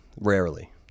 Rarely